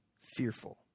fearful